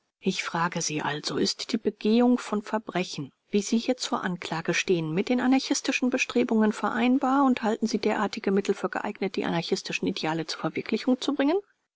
ich frage sie also ist die begehung von verbrechen wie sie hier zur anklage stehen mit den anarchistischen bestrebungen vereinbar und halten sie derartige mittel für geeignet die anarchistischen ideale zur verwirklichung zu bringen